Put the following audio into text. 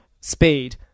Speed